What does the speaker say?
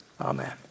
Amen